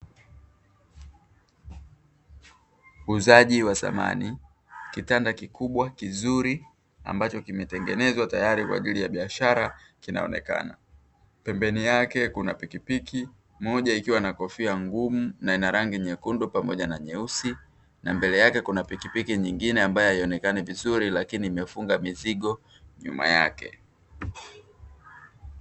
Uuzaji wa samani kitanda kikubwa kizuri ambacho kimetengenezwa tayari kwa ajili ya biashara kinaonekana, pembeni yake kuna piki piki moja ikiwa na kofia ngumu na ina rangi nyekundu pamoja na nyeusi na mbele yake kuna piki piki nyeusi ambayo haionekani vizuri lakini imefunga mizigo nyuma yake.